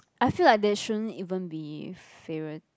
I feel like there shouldn't even be favoura~